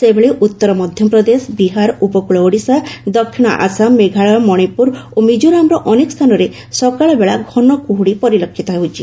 ସେହିଭଳି ଉତ୍ତର ମଧ୍ୟପ୍ରଦେଶ ବିହାର ଉପକଳ ଓଡ଼ିଶା ଦକ୍ଷିଣ ଆସାମ ମେଘାଳୟ ମଣିପୁର ଓ ମିକ୍କୋରାମର ଅନେକ ସ୍ଥାନରେ ସକାଳବେଳା ଘନ କୁହୁଡ଼ି ପରିଲକ୍ଷିତ ହେଉଛି